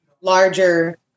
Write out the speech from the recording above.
larger